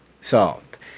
solved